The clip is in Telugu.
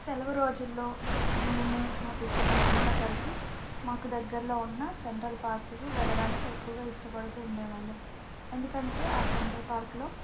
సెలవు రోజుల్లో మేము మా కుటుంబం అంతా కలిసి మాకు దగ్గరలో ఉన్న సెంట్రల్ పార్కుకు వెళ్ళడానికి ఎక్కువగా ఇష్టపడుతూ ఉండే వాళ్ళం ఎందుకంటే ఆ సెంట్రల్ పార్క్లో